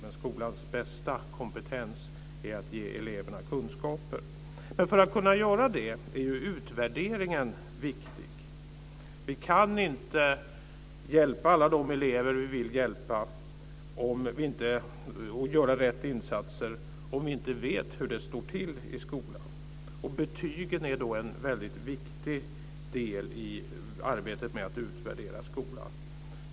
Men skolans bästa kompetens är att ge eleverna kunskaper. Men för att kunna göra det är utvärderingen viktig. Vi kan inte hjälpa alla de elever vi vill hjälpa och göra rätt insatser om vi inte vet hur det står till i skolan. Betygen är en viktig del i arbetet med att utvärdera skolan.